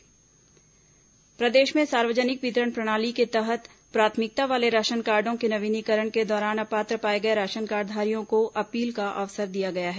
ration card appeal प्रदेश में सार्वजनिक वितरण प्रणाली के तहत प्राथमिकता वाले राशन कार्डों के नवीनीकरण के दौरान अपात्र पाए गए राशन कार्डधारियों को अपील का अवसर दिया गया है